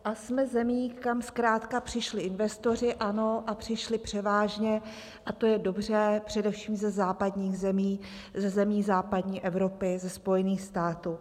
A jsme zemí, kam zkrátka přišli investoři, ano, a přišli převážně, a to je dobře, především ze západních zemí, ze zemí západní Evropy, ze Spojených států.